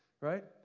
Right